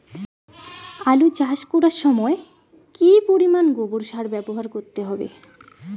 আলু চাষ করার সময় কি পরিমাণ গোবর সার ব্যবহার করতে হবে?